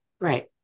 Right